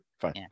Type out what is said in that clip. Fine